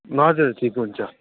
हजुर ठिक हुन्छ